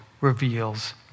reveals